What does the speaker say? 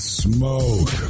smoke